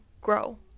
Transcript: grow